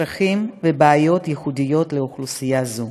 צרכים ובעיות ייחודיים לאוכלוסייה זו.